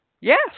Yes